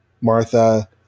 Martha